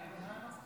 כן.